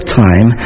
time